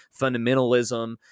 fundamentalism